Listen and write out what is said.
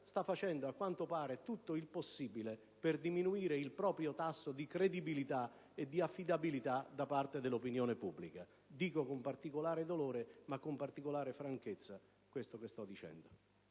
sta facendo - a quanto pare - tutto il possibile per diminuire il proprio tasso di credibilità e di affidabilità da parte dell'opinione pubblica. Dico ciò con particolare dolore ma con franchezza. Le riforme di